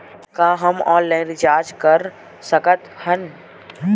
का हम online recharge कर सकत हन?